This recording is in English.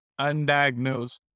undiagnosed